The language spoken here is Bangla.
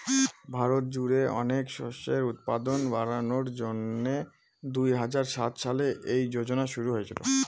ভারত জুড়ে অনেক শস্যের উৎপাদন বাড়ানোর জন্যে দুই হাজার সাত সালে এই যোজনা শুরু হয়েছিল